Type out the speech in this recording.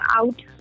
out